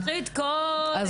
זה